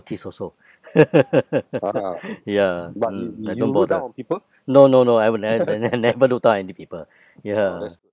notice also ya mm like don't bother no no no I would ne~ ne~ ne~ never look down other people ya